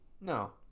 No